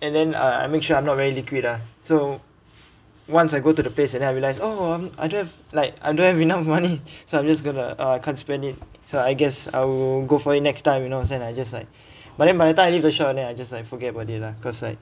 and then uh I make sure I'm not very liquid ah so once I go to the place and I realise oh mm I don't have like I don't have enough money so I'm just going to uh I can't spend it so I guess I'll go for it next time you know I'll just like but then by the time I need to shop then I just like forget about it lah cause I